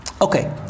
Okay